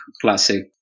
classic